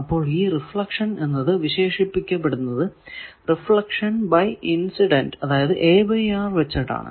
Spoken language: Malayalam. അപ്പോൾ ഈ റിഫ്ലക്ഷൻ എന്നത് വിശേഷിപ്പിക്കപ്പെടുന്നത് റിഫ്ലക്ഷൻ ബൈ ഇൻസിഡന്റ് അതായതു വച്ചാണ്